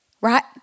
right